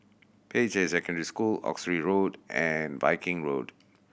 Peicai Secondary School Oxley Road and Viking Road